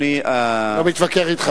אני לא מתווכח אתך,